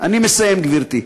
אני מסיים, גברתי.